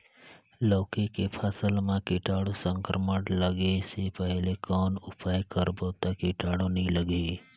लौकी के फसल मां कीटाणु संक्रमण लगे से पहले कौन उपाय करबो ता कीटाणु नी लगही?